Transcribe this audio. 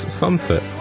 sunset